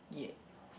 yeah